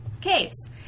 Caves